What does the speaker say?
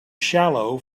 shallow